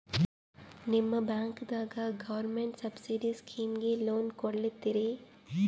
ನಿಮ ಬ್ಯಾಂಕದಾಗ government subsidy ಸ್ಕೀಮಿಗಿ ಲೊನ ಕೊಡ್ಲತ್ತೀರಿ?